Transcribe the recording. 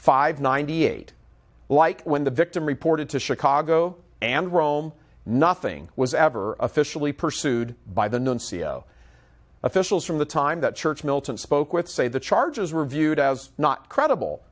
and ninety eight like when the victim reported to chicago and rome nothing was ever officially pursued by the nuncio officials from the time that church militant spoke with say the charges were viewed as not credible